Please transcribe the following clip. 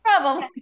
Problem